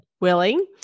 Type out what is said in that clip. Willing